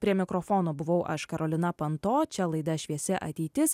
prie mikrofono buvau aš karolina panto čia laida šviesi ateitis